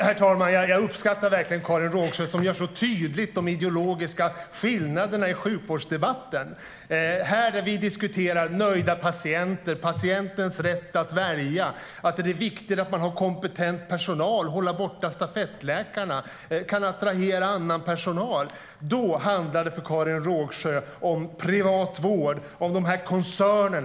Herr talman! Jag uppskattar verkligen Karin Rågsjö, som så tydligt visar på de ideologiska skillnaderna i sjukvårdsdebatten. När vi här diskuterar nöjda patienter, patientens rätt att välja, att det är viktigt att man har kompetent personal och kan hålla stafettläkarna borta och att man kan attrahera annan personal, då handlar det för Karin Rågsjö om privat vård och om dessa koncerner.